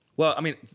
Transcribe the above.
well, i mean,